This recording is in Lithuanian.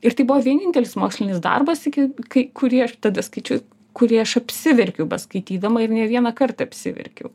ir tai buvo vienintelis mokslinis darbas iki kai kurį aš tada skaičiau kurį aš apsiverkiau beskaitydama ir ne vieną kartą apsiverkiau